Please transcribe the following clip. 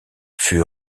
fut